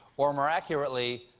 or more accurately,